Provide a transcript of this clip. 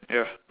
ya